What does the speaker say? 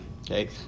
okay